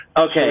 Okay